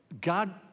God